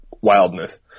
wildness